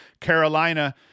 Carolina